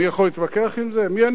מי אני שאני אתן ציונים?